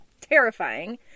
terrifying